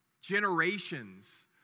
generations